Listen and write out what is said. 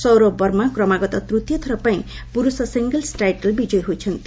ସୌରଭ ବର୍ମା କ୍ରମାଗତ ତୃତୀୟ ଥର ପାଇଁ ପୁରୁଷ ସିଙ୍ଗଲ୍ନ ଟାଇଟଲ ବିଜୟୀ ହୋଇଛନ୍ତି